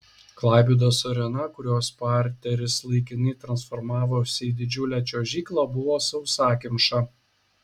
klaipėdos arena kurios parteris laikinai transformavosi į didžiulę čiuožyklą buvo sausakimša